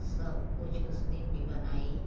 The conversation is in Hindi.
सब कुछ उस दिन भी बनाई